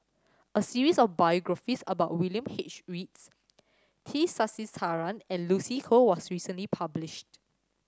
a series of biographies about William H Reads T Sasitharan and Lucy Koh was recently published